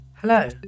Hello